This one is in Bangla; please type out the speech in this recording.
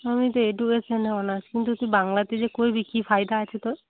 আমি তো এডুকেশনে অনার্স কিন্তু তুই বাংলাতে যে করবি কি ফায়দা আছে তোর